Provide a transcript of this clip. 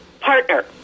partner